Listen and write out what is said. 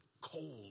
cold